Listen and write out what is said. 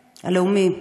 הלאומי.